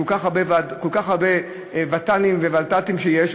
כל כך הרבה ות"לים וולת"תים יש,